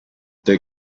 the